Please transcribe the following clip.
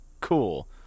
cool